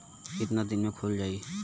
कितना दिन में खुल जाई?